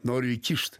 noriu įkišt